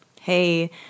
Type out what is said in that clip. Hey